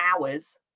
hours